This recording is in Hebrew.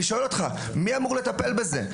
אני שואל אותך: מי אמור לטפל בזה?